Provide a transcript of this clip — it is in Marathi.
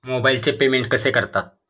मोबाइलचे पेमेंट कसे करतात?